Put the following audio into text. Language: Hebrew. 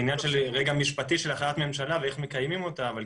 או יש אישורים חריגים לכל מיני דברים,